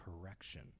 correction